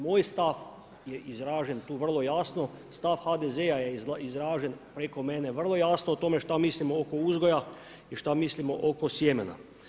Moj stav je izražen tu vrlo jasno, stav HDZ-a je izražen, preko mene, vrlo jasno o tome, što mislim oko ovog uzgoja i što mislim oko sjemena.